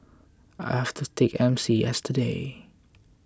I've have to take M C yesterday